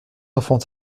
enfants